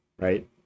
right